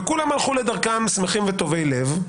וכולם הלכו לדרכם, שמחים וטובים לב.